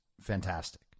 fantastic